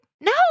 No